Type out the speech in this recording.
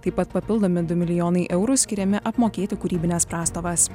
taip pat papildomi du milijonai eurų skiriami apmokėti kūrybines prastovas